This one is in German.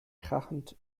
krachend